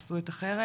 או עשו את החרם?